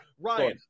Ryan